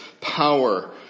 power